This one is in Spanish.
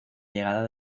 llegada